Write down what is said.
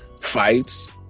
fights